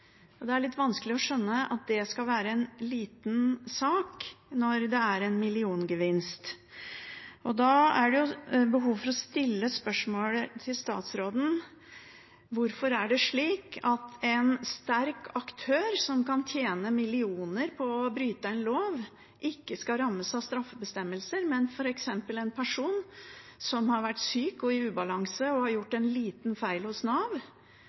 Det er litt vanskelig å skjønne at det skal være en liten sak når det er en milliongevinst. Da er det behov for å stille spørsmålet: Hvorfor er det slik at en sterk aktør som kan tjene millioner på å bryte en lov, ikke skal rammes av straffebestemmelser, mens f.eks. en person som har vært syk og i ubalanse og har gjort en liten feil hos Nav,